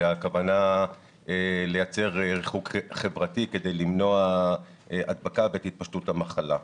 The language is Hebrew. והכוונה לייצר ריחוק חברתי כדי למנוע הדבקה ואת התפשטות המחלה.